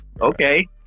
Okay